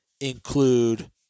include